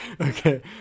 Okay